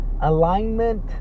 alignment